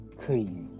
crazy